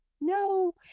no